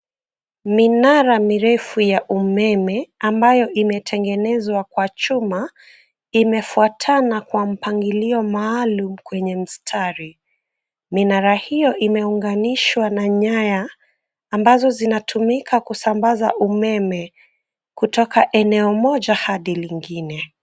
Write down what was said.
Minara mirefu ya umeme ambayo imetengenezwa kwa chuma imefuatana kwa mpangilio maalum kwenye mstari. Minara hiyo imeunganishwa na nyaya ambazo zinatumika kusambaza umeme kutoka eneo moja hadi lingine.